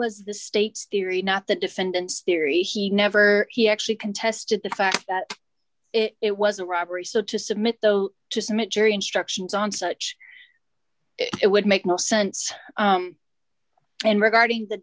was the state's theory not the defendant's theory he never he actually contested the fact that it was a robbery so to submit though to submit jury instructions on such it would make more sense and regarding the